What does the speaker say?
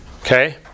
Okay